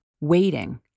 waiting